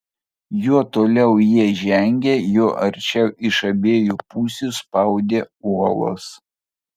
juo toliau jie žengė juo arčiau iš abiejų pusių spaudė uolos